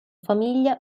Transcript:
famiglia